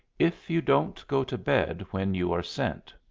if you don't go to bed when you are sent